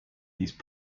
these